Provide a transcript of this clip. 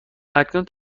اکنون